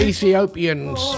Ethiopians